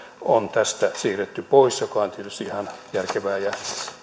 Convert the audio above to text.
on tästä siirretty pois mikä on tietysti ihan järkevää ja